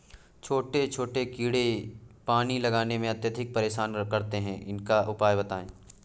छोटे छोटे कीड़े पानी लगाने में अत्याधिक परेशान करते हैं इनका उपाय बताएं?